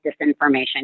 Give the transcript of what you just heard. disinformation